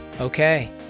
Okay